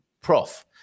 Prof